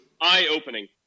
eye-opening